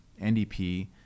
NDP